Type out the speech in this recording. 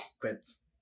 quits